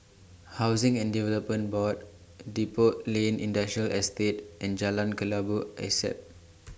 Housing and Development Board Depot Lane Industrial Estate and Jalan Kelabu Asap